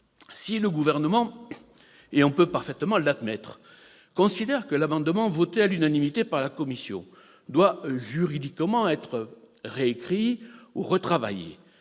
Si le Gouvernement considère, et on peut parfaitement l'admettre, que l'amendement voté à l'unanimité par la commission doit juridiquement être réécrit ou retravaillé,